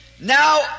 now